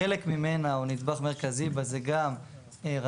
חלק ממנה, או נדבך מרכזי בה, זה גם רדיולוגים.